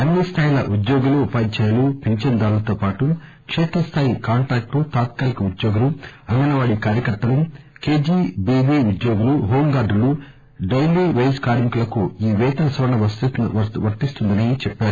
అన్ని స్థాయిల ఉద్యోగులు పింఛనుదారులతో పాటు కేత్రస్థాయి కాంట్రాక్టు తాత్కాలిక ఉద్యోగులు అంగన్ వాడీ కార్యకర్తలు కెజీబివి ఉద్యోగులు హోం గార్డులు డైలీ పేజ్ కార్మికులకు ఈ పేతన సవరణ వర్తిస్తుందని చెప్పారు